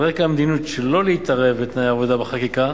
על רקע המדיניות שלא להתערב בתנאי עבודה בחקיקה.